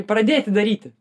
pradėti daryti